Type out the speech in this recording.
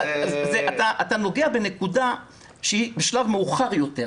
אתה נוגע בנקודה שהיא בשלב מאוחר יותר.